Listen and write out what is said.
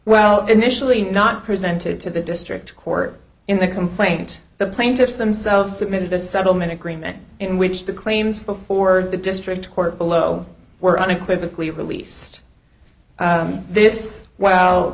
well initially not presented to the district court in the complaint the plaintiffs themselves submitted the settlement agreement in which the claims before the district court below were unequivocally released this well